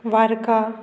वार्का